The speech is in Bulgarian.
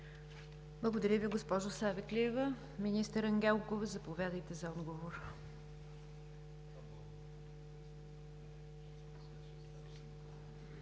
Благодаря Ви, госпожо Савеклиева. Министър Ангелкова, заповядайте за отговор.